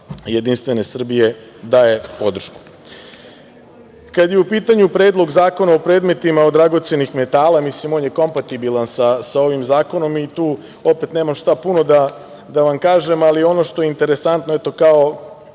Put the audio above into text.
Jedinstvene Srbije daje podršku. Kada je u pitanju Predlog zakona o predmetima od dragocenih metala, mislim on je kompatibilan sa ovim zakonom i tu, opet nemam šta da vam kažem, ali ono što je interesantno, eto, kao